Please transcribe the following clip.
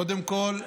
קודם כול,